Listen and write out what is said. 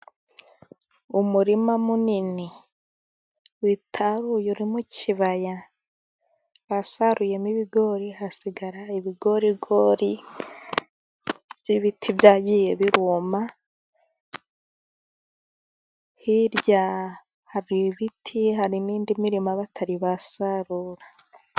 Umurima munini witaruye uri mu kibaya, basaruyemo ibigori hasigara ibigorigori by'ibiti byagiye byuma, hirya hari ibiti, harimo indi mirima batari basarura.